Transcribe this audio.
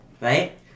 right